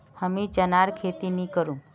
हमीं चनार खेती नी करुम